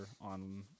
on